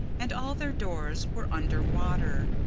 and all their doors were under water.